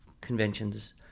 conventions